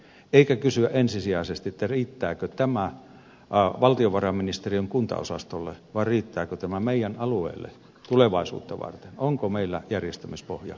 ei kannata kysyä ensisijaisesti riittääkö tämä valtiovarainministeriön kuntaosastolle vaan kannattaa kysyä riittääkö tämä meidän alueellemme tulevaisuutta varten onko meillä järjestämispohja riittävän laaja